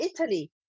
Italy